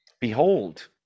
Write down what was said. Behold